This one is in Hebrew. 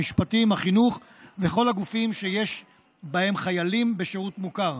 המשפטים והחינוך וכל הגופים שיש בהם חיילים בשירות מוכר.